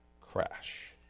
crash